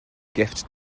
gift